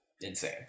insane